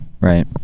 Right